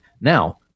Now